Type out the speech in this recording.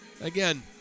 Again